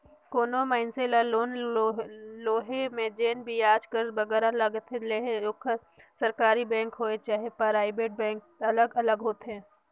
कोनो मइनसे ल लोन लोहे में जेन बियाज दर बगरा लगथे चहे ओहर सरकारी बेंक होए चहे पराइबेट बेंक अलग अलग होथे